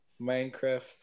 Minecraft